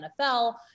NFL